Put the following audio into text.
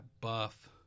buff